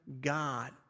God